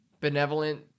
benevolent